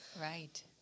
Right